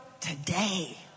today